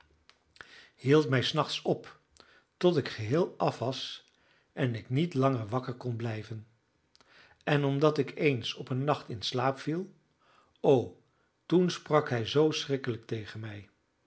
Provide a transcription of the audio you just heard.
hield mij s nachts op tot ik geheel af was en ik niet langer wakker kon blijven en omdat ik eens op een nacht in slaap viel o toen sprak hij zoo schrikkelijk tegen mij